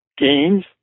games